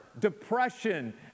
depression